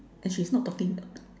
and she's not talking